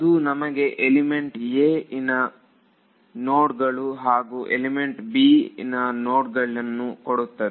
ಅದು ನಮಗೆ element 'a' ಗೆ ನೋಡ್ ಗಳು ಹಾಗೂ ಎಲಿಮೆಂಟ್ 'b' ಗೆ ನೋಡ್ಗಳನ್ನು ಕೊಡುತ್ತದೆ